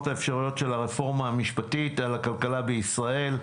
האפשריות של הרפורמה המשפטית על הכלכלה בישראל.